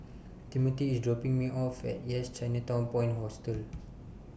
Timothy IS dropping Me off At Yes Chinatown Point Hostel